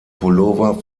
pullover